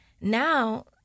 now